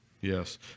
Yes